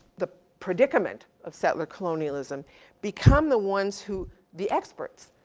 the predicament of settler colonialism become the ones who, the experts.